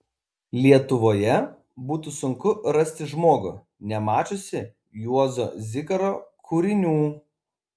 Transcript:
lietuvoje būtų sunku rasti žmogų nemačiusį juozo zikaro kūrinių